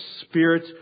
Spirit